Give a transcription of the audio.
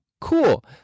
cool